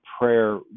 prayer